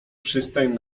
przystań